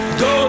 go